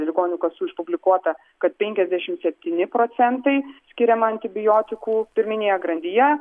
ligonių kasų išpublikuota kad penkiasdešim septyni procentai skiriama antibiotikų pirminėje grandyje